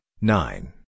nine